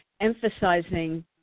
emphasizing